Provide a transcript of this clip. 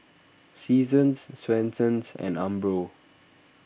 Seasons Swensens and Umbro